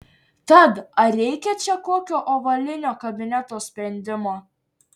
tad ar reikia čia kokio ovalinio kabineto sprendimo